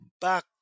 back